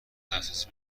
دسترسی